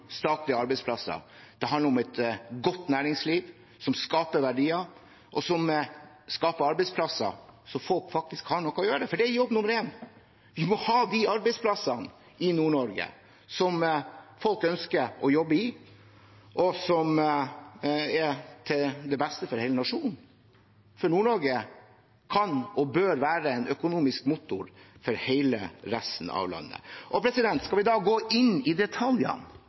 statlige arbeidsplasser. Det handler om et godt næringsliv som skaper verdier, og som skaper arbeidsplasser så folk faktisk har noe å gjøre, for det er jobb nummer én. I Nord-Norge må vi ha de arbeidsplassene som folk ønsker å jobbe på, og som er til beste for hele nasjonen. For Nord-Norge kan og bør være en økonomisk motor for hele resten av landet. Skal vi gå inn i detaljene